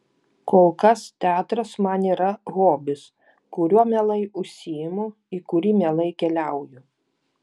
kol kas teatras man yra hobis kuriuo mielai užsiimu į kurį mielai keliauju